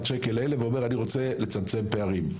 השקלים האלה ואומר: אני רוצה לצמצם פערים.